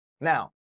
Now